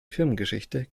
firmengeschichte